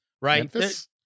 right